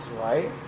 right